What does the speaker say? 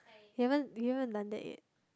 we haven't we haven't done that yet